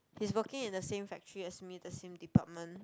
he's working in the same factory as me the same department